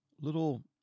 little